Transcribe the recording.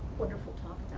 wonderful topic